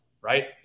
right